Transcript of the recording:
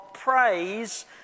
Praise